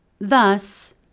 Thus